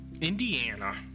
Indiana